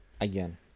Again